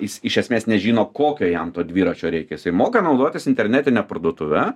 jis iš esmės nežino kokio jam to dviračio reikia jisai moka naudotis internetine parduotuve